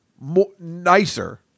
nicer